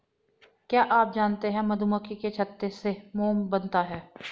क्या आप जानते है मधुमक्खी के छत्ते से मोम बनता है